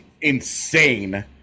insane